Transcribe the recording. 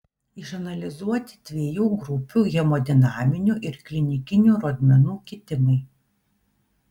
išanalizuoti dviejų grupių hemodinaminių ir klinikinių rodmenų kitimai